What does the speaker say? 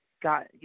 got –